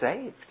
saved